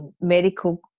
medical